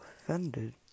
offended